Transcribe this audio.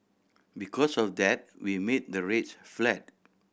because of that we made the rates flat